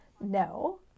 No